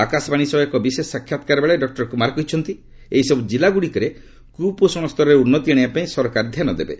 ଆକାଶବାଣୀ ସହ ଏକ ବିଶେଷ ସାକ୍ଷାତ୍କାରବେଳେ ଡକୁର କୁମାର କହିଛନ୍ତି ଏହିସବୁ ଜିଲ୍ଲାଗୁଡ଼ିକରେ କୁପୋଷଣ ସ୍ତରରେ ଉନ୍ନତି ଆଣିବାପାଇଁ ସରକାର ଧ୍ୟାନ ଦେବେ